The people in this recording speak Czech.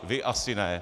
Vy asi ne.